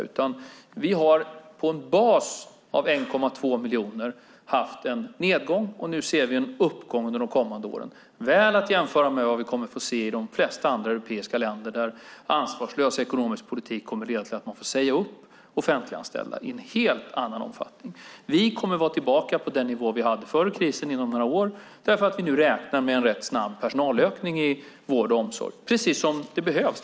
Vi har i stället på en bas av 1,2 miljoner haft en nedgång, och nu ser vi en uppgång under de kommande åren, väl att jämföra med vad vi kommer att få se i de flesta andra europeiska länder där ansvarslös ekonomisk politik kommer att leda till att man får säga upp offentliganställda i en helt annan omfattning. Vi kommer att vara tillbaka på den nivå vi hade före krisen inom några år därför att vi nu räknar med en rätt snabb personalökning inom vård och omsorg. Detta behövs.